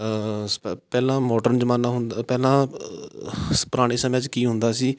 ਸ ਪਹਿਲਾਂ ਮੋਡਰਨ ਜ਼ਮਾਨਾ ਹੁੰਦਾ ਪਹਿਲਾਂ ਪੁਰਾਣੇ ਸਮੇਂ 'ਚ ਕੀ ਹੁੰਦਾ ਸੀ